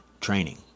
training